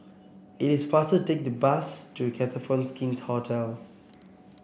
it is faster take the bus to Copthorne's King's Hotel